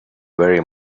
very